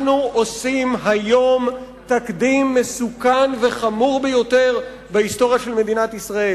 אנחנו עושים היום תקדים מסוכן וחמור ביותר בהיסטוריה של מדינת ישראל.